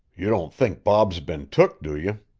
you don't think bob's been took, do you?